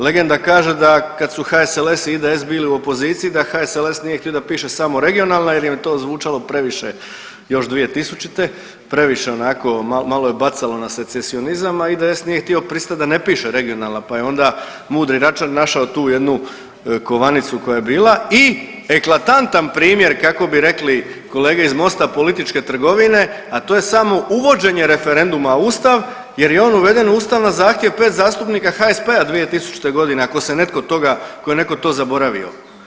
Legenda kaže da kad su HSLS i IDS bili u opoziciji, da HSLS nije htio da piše samo regionalna jer im je to zvučalo previše, još 2000., previše onako malo je bacalo na secesionizam, a IDS nije htio pristati da ne piše regionalna pa je onda mudri Račan našao tu jednu kovanicu koja je bila i eklatantan primjer, kako bi rekli kolege iz Mosta, političke trgovine, a to je samo uvođenje referenduma u Ustav jer je on u Ustav na zahtjev 5 zastupnika HSP-a 2000. g., ako se netko toga, ako je netko to zaboravio.